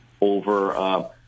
over